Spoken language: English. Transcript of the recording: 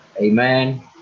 Amen